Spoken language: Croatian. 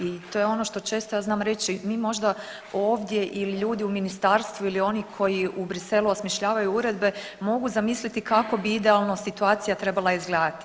I to je ono što ja često znam reći mi možda ovdje ili ljudi u ministarstvu ili oni koji u Bruxellesu osmišljavaju uredbe mogu zamisliti kako bi idealno situacija trebala izgledati.